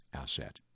asset